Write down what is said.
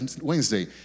Wednesday